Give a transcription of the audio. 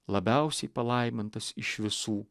labiausiai palaimintas iš visų